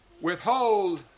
withhold